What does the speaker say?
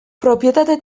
propietate